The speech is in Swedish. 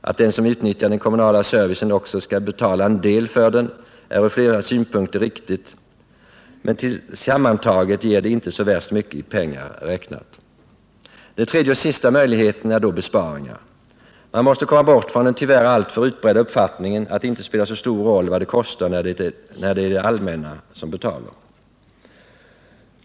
Att den som utnyttjar den kommunala servicen också skall betala en del för den är från flera synpunkter riktigt, men tillsammantaget ger det inte så värst mycket i pengar räknat. Den tredje och sista möjligheten är då besparingar. Man måste komma bort från den tyvärr alltför utbredda uppfattningen att det inte spelar så stor roll vad det kostar när det är det allmänna som betalar.